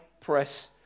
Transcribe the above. press